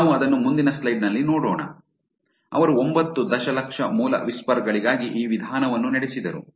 ನಾವು ಅದನ್ನು ಮುಂದಿನ ಸ್ಲೈಡ್ ನಲ್ಲಿ ನೋಡೋಣ ಅವರು ಒಂಬತ್ತು ದಶಲಕ್ಷ ಮೂಲ ವಿಸ್ಪರ್ ಗಳಿಗಾಗಿ ಈ ವಿಧಾನವನ್ನು ನಡೆಸಿದರು